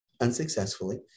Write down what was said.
unsuccessfully